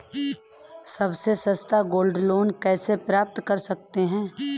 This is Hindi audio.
सबसे सस्ता गोल्ड लोंन कैसे प्राप्त कर सकते हैं?